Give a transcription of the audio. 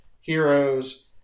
heroes